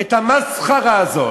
את המסחרה הזאת,